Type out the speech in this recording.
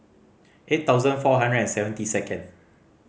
eight thousand four hundred and seventy second